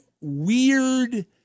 weird